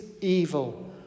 evil